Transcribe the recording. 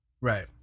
Right